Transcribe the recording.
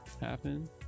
happen